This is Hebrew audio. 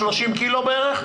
30 קילו בערך?